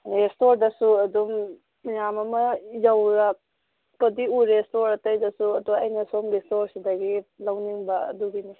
ꯏꯁꯇꯣꯔꯗꯁꯨ ꯑꯗꯨꯝ ꯃꯌꯥꯝ ꯑꯃ ꯌꯧꯔꯛꯄꯗꯤ ꯎꯔꯦ ꯏꯁꯇꯣꯔ ꯑꯇꯩꯗꯁꯨ ꯑꯗꯣ ꯑꯩꯅ ꯁꯣꯝꯒꯤ ꯏꯁꯇꯣꯔꯁꯤꯗꯒꯤ ꯂꯧꯅꯤꯡꯕ ꯑꯗꯨꯒꯤꯅꯦ